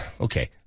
Okay